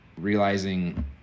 realizing